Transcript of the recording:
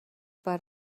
but